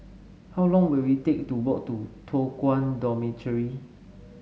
how long will it take to walk to Toh Guan Dormitory